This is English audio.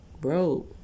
bro